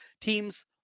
teams